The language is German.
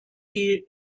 die